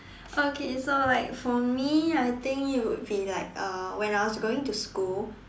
okay so like for me I think it would be like uh when I was going to school